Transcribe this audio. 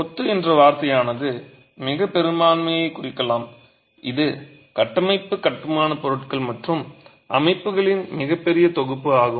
கொத்து என்ற வார்த்தையானது மிகப்பெரும்பான்மையைக் குறிக்கலாம் இது கட்டமைப்பு கட்டுமானப் பொருட்கள் மற்றும் அமைப்புகளின் மிகப் பெரிய தொகுப்பு ஆகும்